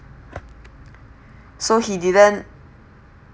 so he didn't